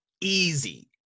Easy